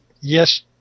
Yes